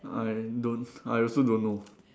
I don't I also don't know